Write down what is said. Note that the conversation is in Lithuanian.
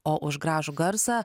o už gražų garsą